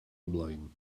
ymlaen